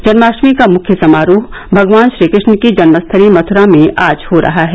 जन्माष्टमी का मुख्य समारोह भगवान श्रीकृष्ण की जन्मस्थली मथुरा में आज हो रहा है